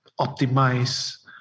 optimize